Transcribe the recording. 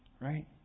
Right